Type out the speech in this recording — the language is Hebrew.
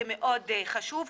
זה מאוד חשוב.